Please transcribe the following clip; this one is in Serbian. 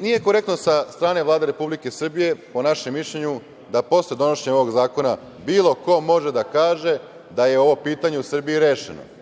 Nije korektno sa strane Vlade Republike Srbije, po našem mišljenju, da posle donošenja ovog zakona bilo ko može da kaže da je ovo pitanje u Srbiji rešeno